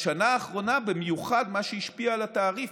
בשנה האחרונה במיוחד מה שהשפיע על התעריף,